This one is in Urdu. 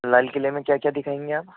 لال قلعے میں کیا کیا دکھائیں گے آپ